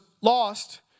lost